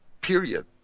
Period